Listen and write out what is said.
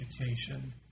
education